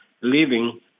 living